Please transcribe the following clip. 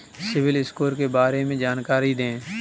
CIBIL score के बारे में जानकारी दें?